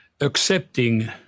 accepting